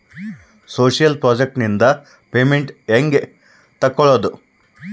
Social project ನಿಂದ payment ಹೆಂಗೆ ತಕ್ಕೊಳ್ಳದು?